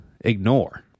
ignore